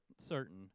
certain